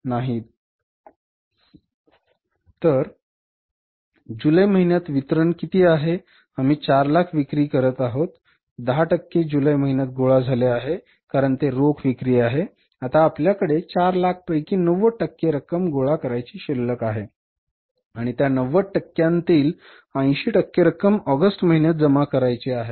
तर वितरण जुलै महिन्यात आहे आम्ही 400000 विक्री करीत आहोत 10 टक्के जुलै महिन्यात गोळा झाले आहे कारण ते रोख विक्री आहे आता आपल्याकडे 400000 पैकी 90 टक्के रक्कम गोळा करायची शिल्लक आहे आणि त्या 90 टक्क्यांतील 80 टक्के रक्कम ऑगस्ट महिन्यात जमा करावयाचे आहे